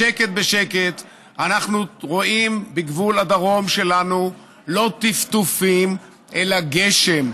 בשקט בשקט אנחנו רואים בגבול הדרום שלנו לא טפטופים אלא גשם,